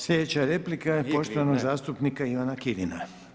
Sljedeća replika je poštovanog zastupnika Ivana Kirina.